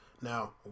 Now